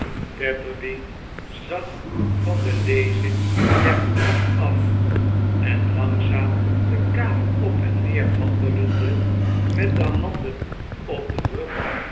zag van de lezing der courant af en langzaam de kamer op en neer wandelende met de handen op den rug